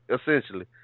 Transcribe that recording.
essentially